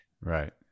right